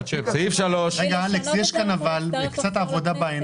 אמנם אני אכזרית, אבל אני אשמח להשלים את דבריי.